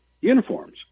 uniforms